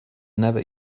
never